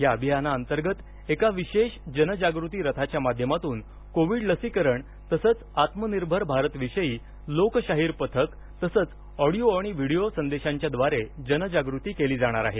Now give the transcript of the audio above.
या अभियानांतर्गत एका विशेष जनजागृती रथाच्या माध्यमातून कोविड लसीकरण तसेच आत्मनिर्भर भारत विषयी लोकशाहिर पथक तसेच ऑडियो आणि व्हिडिओ संदेशाच्याद्वारे जनजागृती केली जाणार आहे